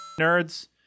nerds